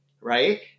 Right